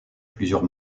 plusieurs